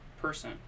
person